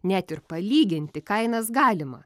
net ir palyginti kainas galima